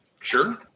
Sure